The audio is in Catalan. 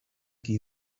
qui